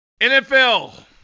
NFL